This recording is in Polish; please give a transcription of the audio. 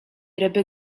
ryby